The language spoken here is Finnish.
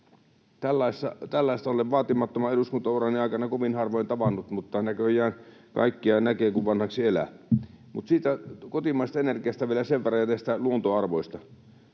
Tällaista olen vaatimattoman eduskuntaurani aikana kovin harvoin tavannut, mutta näköjään kaikkea näkee, kun vanhaksi elää. Mutta siitä kotimaisesta energiasta ja näistä luontoarvoista